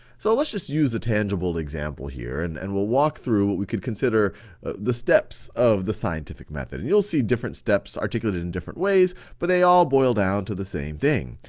so, let's just use a tangible example here, and and we'll walk through what we could consider the steps of the scientific method, and you'll see different steps articulated in different ways, but they all boil down to the same thing.